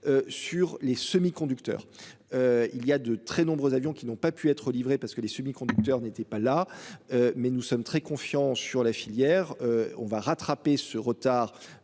Sur les semi-conducteurs. Il y a de très nombreux avions qui n'ont pas pu être livrés parce que les semi-conducteurs n'était pas là. Mais nous sommes très confiants sur la filière. On va rattraper ce retard.